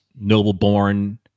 noble-born